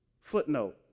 footnote